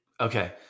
Okay